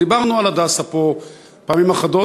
דיברנו פה על "הדסה" פעמים אחדות,